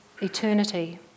eternity